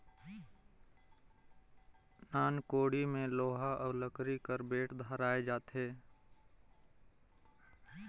नान कोड़ी मे लोहा अउ लकरी कर बेठ धराल जाथे